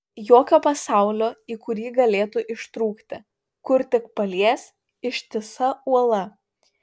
jokio pasaulio į kurį galėtų ištrūkti kur tik palies ištisa uola